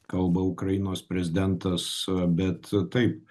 kalba ukrainos prezidentas bet taip